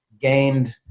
gained